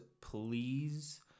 please